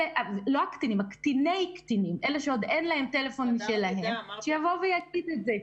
אלה שעוד אין להם טלפון משלם שיגידו את זה.